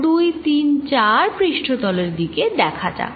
1 2 3 4 পৃষ্ঠতলের দিকে দেখা যাক